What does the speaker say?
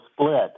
split